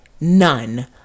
none